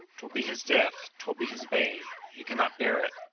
twill be his death twill be his bane he cannot bear it.